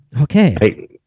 Okay